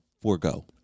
forego